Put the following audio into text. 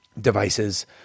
devices